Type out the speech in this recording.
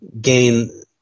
gain